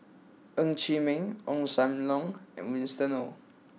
Ng Chee Meng Ong Sam Leong and Winston oh